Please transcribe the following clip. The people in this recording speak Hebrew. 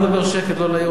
לא להעיר אותך.